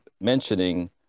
mentioning